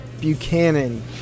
Buchanan